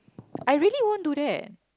I really won't do that